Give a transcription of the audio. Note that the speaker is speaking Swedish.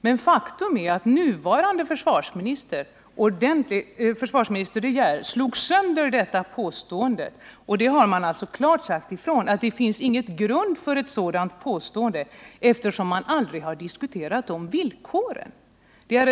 Men faktum är att nuvarande försvarsministern De Geer slagit sönder detta påstående. Han har klart sagt ifrån att det inte finns någon grund för ett sådant påstående, eftersom man aldrig har diskuterat dessa villkor för JA 37.